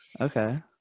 Okay